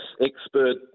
expert